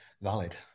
valid